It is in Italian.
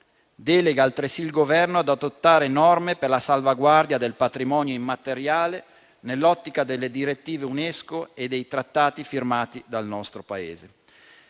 delega, altresì, il Governo ad adottare norme per la salvaguardia del patrimonio immateriale nell'ottica delle direttive UNESCO e dei trattati firmati dal nostro Paese.